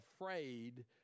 afraid